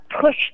push